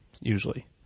Usually